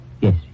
Yes